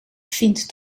vind